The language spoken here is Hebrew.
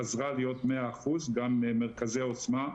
חזרה להיות מאה אחוז, גם למרכזי עוצמה.